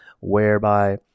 whereby